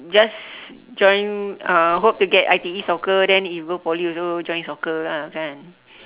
just join uh hope to get I_T_E soccer then you go poly also join soccer ah kan